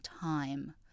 time